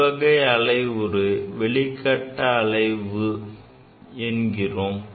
இவ்வகை அலைவை வெளிகட்ட அலைவு என்கிறோம்